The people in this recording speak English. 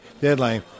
deadline